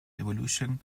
evolution